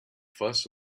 fuss